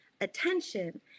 attention